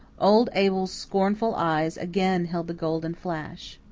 old abel's scornful eyes again held the golden flash.